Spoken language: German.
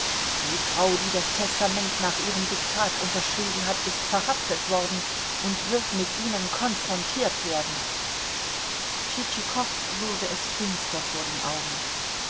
die frau die das testament nach ihrem diktat unterschrieben hat ist verhaftet worden und wird mit ihnen konfrontiert werden tschitschikow wurde es finster vor den augen